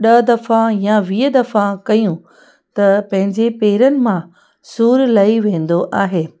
ॾह दफ़ा या वीह दफ़ा कयूं त पंहिंजे पेरनि मां सूरु लही वेंदो आहे